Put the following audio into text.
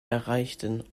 erreichten